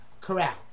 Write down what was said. Corral